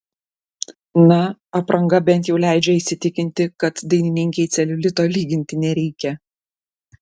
na apranga bent jau leidžia įsitikinti kad dainininkei celiulito lyginti nereikia